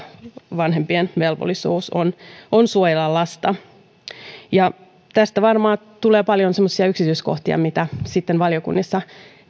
vanhempien velvollisuus on on suojella lasta tästä varmaan tulee paljon semmoisia yksityiskohtia mitä sitten valiokunnissa